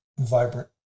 vibrant